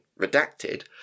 Redacted